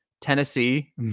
Tennessee